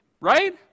Right